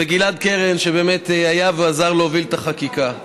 וגלעד קרן, שבאמת היה ועזר להוביל את החקיקה.